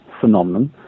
phenomenon